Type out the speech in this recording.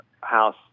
house